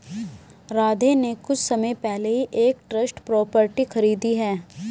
राधे ने कुछ समय पहले ही एक ट्रस्ट प्रॉपर्टी खरीदी है